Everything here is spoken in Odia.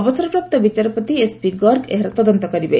ଅବସରପ୍ରାପ୍ତ ବିଚାରପତି ଏସ୍ପି ଗର୍ଗ ଏହାର ତଦନ୍ତ କରିବେ